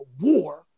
war